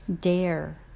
dare